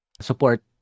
support